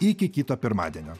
iki kito pirmadienio